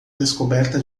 descoberta